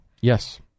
Yes